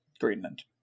Greenland